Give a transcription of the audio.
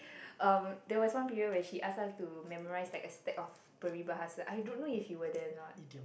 um there was one period where she asked us to memorise like a stack of peribahasa I don't know if you were there or not